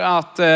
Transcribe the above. att